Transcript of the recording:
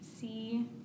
see